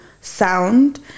sound